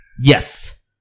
Yes